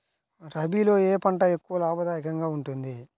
రబీలో ఏ పంట ఎక్కువ లాభదాయకంగా ఉంటుంది?